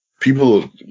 people